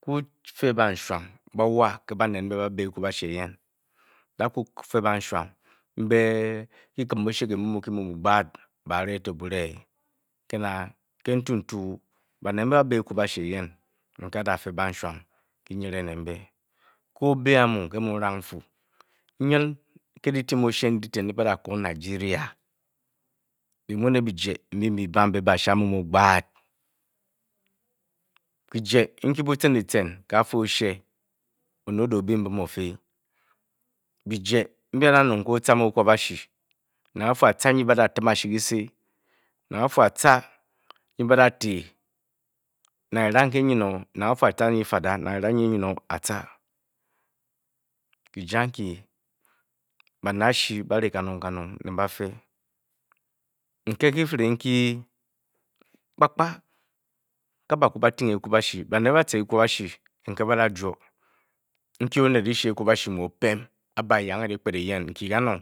dú kufe benshuam ba-mm ke burwan banet ekwaboshi eyi-dakufe baashara mbe kyikim oshe kyimumu kyimumu kiman to ene bure ke na, k ntuntu, banr ba-be ekwachetu eyen mbe adafe banshwaeng, ba-nyere ne mbe ke obi amu nke me mu n-na ng o-fu nyin ke dyityem oshe ndyi badako nigeria byi muu ne byije mbyi mbyi byi-bam be be ashi a mumu gbaat kyije nkyi bucen ecen ke kafa oshe, onet nue o da o ebi mbim ofi Byije mbyi adanung ke o ean-ekwabashi, nang a-fu a-ca nyi badatin bashu kyise, Nang a-fu, a-ca nyi badati bashu kyise, nang a-fu a-ca nyi badati nang a-fu a-ca era nyi e-nyin o nang nyi fada kyije ankyi banet ashi ba-ii kanong kanong ne ba-fe nke kyi-fim nkyi, kpa kpa ba-ku bn̄-ti ng ekwabashi banet ba-ee ekwabashi ba-aajwo nkyi onet dyishi ekwabashi mu o-tange e-mu e-pem m a-be, a-yange dyikpen eyen